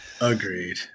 Agreed